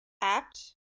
apt